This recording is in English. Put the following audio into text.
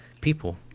people